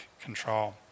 control